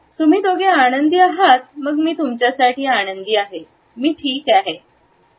तुम्ही दोघे आनंदी आहात मग मी तुमच्यासाठी आनंदी आहे मी ठीक आहे